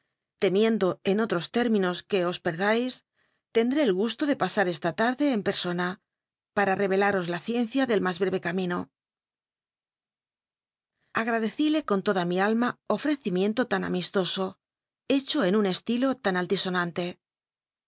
temiendo en rjtros términos que os prrllais tcnll'é el gu lo le pasar esta tarde en persona pac camino agradecíle con loda mi alma ofrecimiento tan amistoso hecho en un estilo tan altisonante